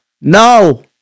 no